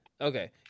Okay